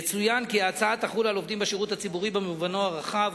יצוין כי ההצעה תחול על עובדים בשירות הציבורי במובנו הרחב,